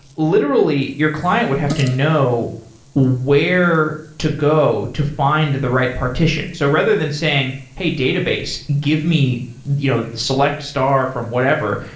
literally, your client would have to know where to go to find the right partition. so rather than saying, hey, database. give me you select star from whatever.